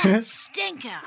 stinker